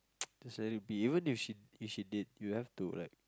just let it be even if she if she date you you have to like